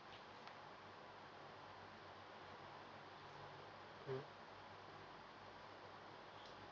mm